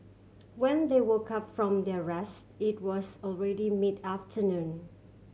when they woke up from their rest it was already mid afternoon